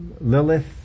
Lilith